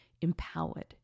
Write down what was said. empowered